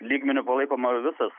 lygmeniu buvo laikoma visas